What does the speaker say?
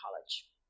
college